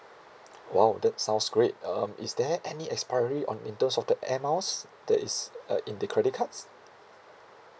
!wow! that sounds great um is there any expiry on in terms of the air miles that is uh in the credit cards